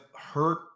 hurt